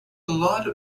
ballade